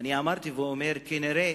אמרתי, ואני אומר, שכנראה